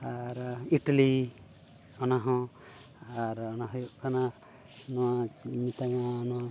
ᱟᱨ ᱤᱴᱞᱤ ᱚᱱᱟ ᱦᱚᱸ ᱟᱨ ᱚᱱᱟ ᱦᱩᱭᱩᱜ ᱠᱟᱱᱟ ᱱᱚᱣᱟ ᱪᱮᱫ ᱤᱧ ᱢᱮᱛᱟᱢᱟ ᱱᱚᱣᱟ